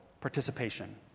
participation